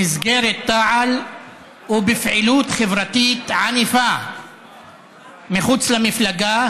במסגרת תע"ל ובפעילות חברתית ענפה מחוץ למפלגה.